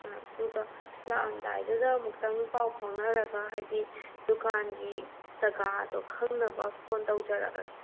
ꯑꯗꯨꯒ ꯂꯥꯛꯑꯝꯗꯥꯏꯗꯨꯗ ꯑꯃꯨꯛꯇꯪ ꯄꯥꯎ ꯐꯥꯎꯅꯔꯒ ꯍꯥꯏꯕꯗꯤ ꯗꯨꯀꯥꯟꯒꯤ ꯖꯒꯥꯗꯣ ꯈꯪꯅꯕ ꯐꯣꯟ ꯇꯧꯖꯔꯛꯑꯒꯦ